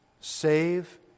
Save